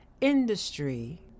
industry